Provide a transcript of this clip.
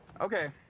Okay